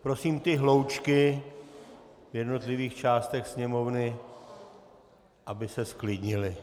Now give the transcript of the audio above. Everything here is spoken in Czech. Prosím ty hloučky v jednotlivých částech Sněmovny, aby se zklidnily.